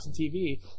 TV